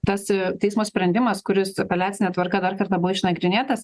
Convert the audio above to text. tas i teismo sprendimas kuris apeliacine tvarka dar kartą buvo išnagrinėtas